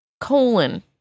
colon